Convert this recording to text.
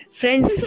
friends